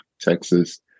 texas